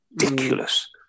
ridiculous